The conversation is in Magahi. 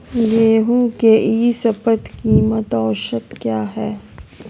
गेंहू के ई शपथ कीमत औसत क्या है?